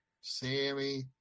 Sammy